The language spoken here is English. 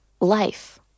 life